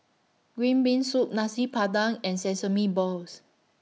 Green Bean Soup Nasi Padang and Sesame Balls